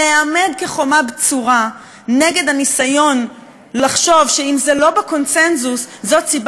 להיעמד כחומה בצורה נגד הניסיון לחשוב שאם זה לא בקונסנזוס זאת סיבה